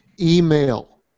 email